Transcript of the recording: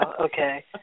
Okay